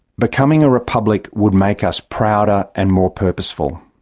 becoming a republic would make us prouder and more purposeful.